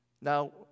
Now